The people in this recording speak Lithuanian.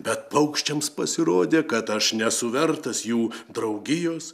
bet paukščiams pasirodė kad aš nesu vertas jų draugijos